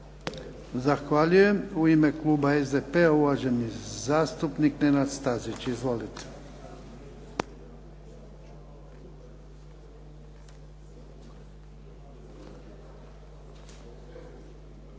Zahvaljujem. U ime kluba SDP-a uvaženi zastupnik Nenad stazić. Izvolite.